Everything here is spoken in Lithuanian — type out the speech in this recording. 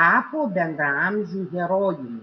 tapo bendraamžių herojumi